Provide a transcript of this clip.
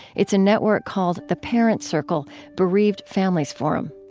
it's a network called the parents circle bereaved families forum.